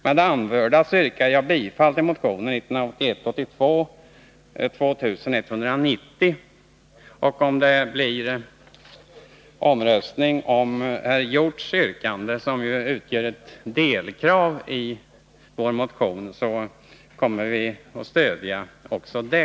Med det anförda yrkar jag bifall till motionen 1981/82:2190. Om det blir omröstning om herr Hjorths särskilda yrkande, som överensstämmer med ett delkrav i vår motion, kommer vi att stödja också det.